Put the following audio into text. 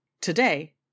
Today